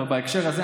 בהקשר הזה,